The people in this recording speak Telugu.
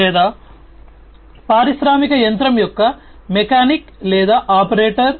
లేదా పారిశ్రామిక యంత్రం యొక్క మెకానిక్ లేదా ఆపరేటర్